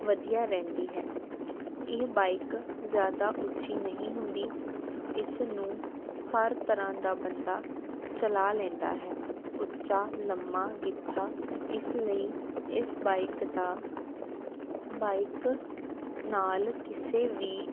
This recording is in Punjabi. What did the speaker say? ਵਧੀਆ ਰਹਿੰਦੀ ਹੈ ਇਹ ਬਾਈਕ ਜ਼ਿਆਦਾ ਉੱਚੀ ਨਹੀਂ ਹੁੰਦੀ ਇਸ ਨੂੰ ਹਰ ਤਰ੍ਹਾਂ ਦਾ ਬੰਦਾ ਚਲਾ ਲੈਂਦਾ ਹੈ ਉੱਚਾ ਲੰਮਾ ਗਿੱਠਾ ਇਸ ਲਈ ਇਸ ਬਾਈਕ ਦਾ ਬਾਈਕ ਨਾਲ ਕਿਸੇ ਵੀ